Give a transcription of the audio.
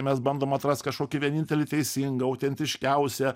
mes bandom atrast kažkokį vienintelį teisingą autentiškiausią